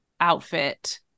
outfit